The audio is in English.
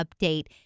update